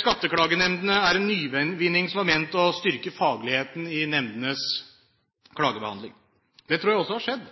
Skatteklagenemndene er en nyvinning som var ment å skulle styrke fagligheten i nemndenes klagebehandling. Dette tror jeg også har skjedd.